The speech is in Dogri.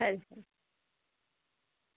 खरी